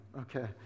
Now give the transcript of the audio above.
Okay